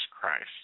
Christ